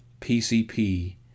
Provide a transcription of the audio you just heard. PCP